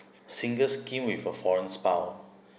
single scheme with a foreign spouse